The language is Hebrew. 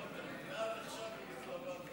עד עכשיו התלבטתי.